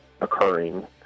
occurring